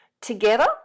Together